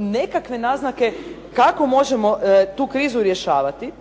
nekakve naznake kako možemo tu krizu rješavati,